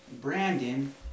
Brandon